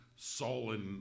sullen